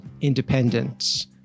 independence